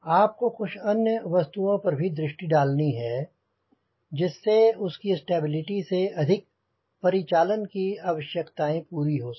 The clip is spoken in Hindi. आपको कुछ अन्य वस्तुओं पर भी दृष्टि डालनी है जिससे उसकी स्टेबिलिटी से अधिक परिचालन की आवश्यकताएँ पूरी हो सके